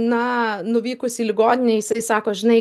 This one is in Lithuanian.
na nuvykus į ligoninę jisai sako žinai